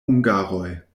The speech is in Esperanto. hungaroj